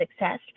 success